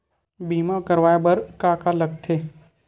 बीमा करवाय बर का का लगथे?